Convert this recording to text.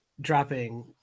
dropping